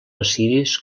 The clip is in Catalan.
assiris